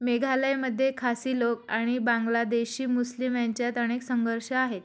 मेघालयमध्ये खासी लोक आणि बांगलादेशी मुस्लिम यांच्यात अनेक संघर्ष आहेत